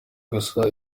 gusa